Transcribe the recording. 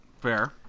Fair